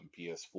PS4